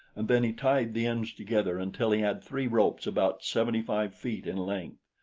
and then he tied the ends together until he had three ropes about seventy-five feet in length.